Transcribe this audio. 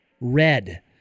red